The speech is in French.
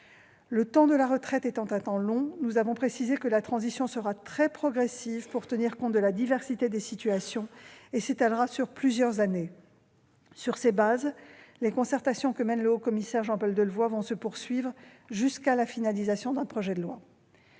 Le temps de la retraite étant un temps long, nous avons précisé que la transition serait très progressive, pour tenir compte de la diversité des situations, et s'étalerait sur plusieurs années. Sur ces bases, les concertations que mène le haut-commissaire à la réforme des retraites, Jean Paul Delevoye, vont se poursuivre jusqu'à la finalisation du projet de loi.